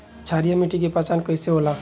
क्षारीय मिट्टी के पहचान कईसे होला?